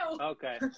Okay